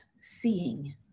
seeing